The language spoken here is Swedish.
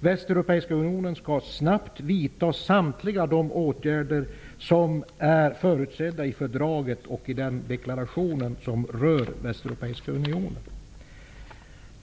Västeuropeiska unionen snabbt skall vidta samtliga de åtgärder som är förutsedda i fördraget och i den deklaration som rör Västeuropeiska unionen.